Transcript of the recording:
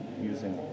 using